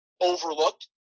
overlooked